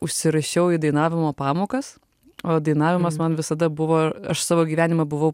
užsirašiau į dainavimo pamokas o dainavimas man visada buvo aš savo gyvenimą buvau